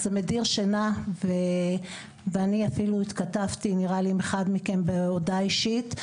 זה מדיר שינה ואני אפילו התכתבתי עם אחד מכם בהודעה אישית,